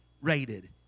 rated